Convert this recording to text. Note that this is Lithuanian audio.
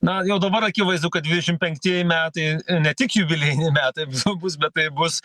na jau dabar akivaizdu kad dvidešim penktieji metai ne tik jubiliejiniai metai visų bus bet tai bus